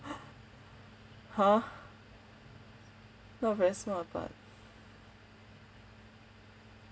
!huh! not very smart but